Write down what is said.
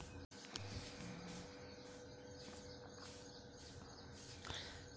करियाई माटी मे कवन धान के बिया बढ़ियां पड़ी?